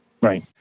Right